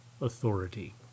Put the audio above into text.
authority